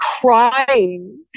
crying